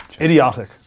Idiotic